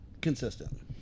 consistent